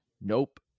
nope